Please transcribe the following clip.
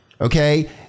okay